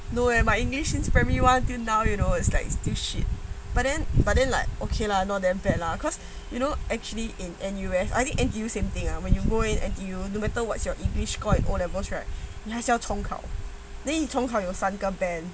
no leh my english into primary one till now you know still shit but then but then like okay lah not that bad lah because you know actually in N_U_S I think N_T_U same thing ah when you go in N_T_U no matter what's your english scored in O levels right 还是要重考 then 你重考有三个 band